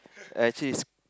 as it's